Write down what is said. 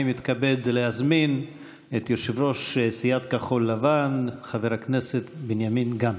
אני מתכבד להזמין את יושב-ראש סיעת כחול לבן חבר הכנסת בנימין גנץ.